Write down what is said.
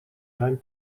zijn